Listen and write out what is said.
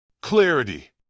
Clarity